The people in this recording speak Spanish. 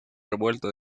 revuelto